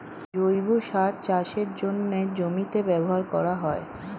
জৈব সার চাষের জন্যে জমিতে ব্যবহার করা হয়